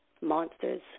Monsters